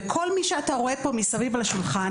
וכל מי שאתה רואה פה מסביב לשולחן,